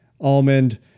almond